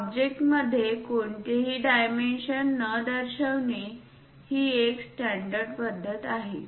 object मध्ये कोणतेही dimension न दर्शविणे ही एक स्टॅंडर्ड पद्धत आहे